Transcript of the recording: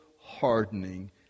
hardening